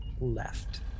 left